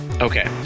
Okay